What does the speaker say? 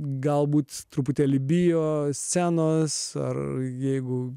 galbūt truputėlį bijo scenos ar jeigu